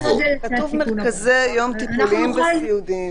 אבל הם נכללים --- כתוב מרכזי יום טיפוליים וסיעודיים